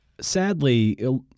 Sadly